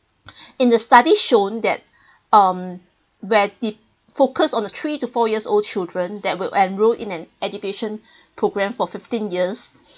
in the study shown that um where the focus on the three to four years old children that will enroll in an education programme for fifteen years